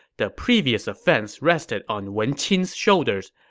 the previous offense rested on wen qin's shoulders,